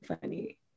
funny